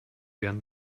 wären